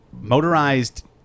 motorized